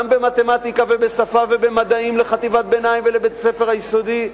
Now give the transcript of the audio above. גם במתמטיקה ובשפה ובמדעים לחטיבת ביניים ולבית-ספר היסודי,